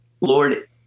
Lord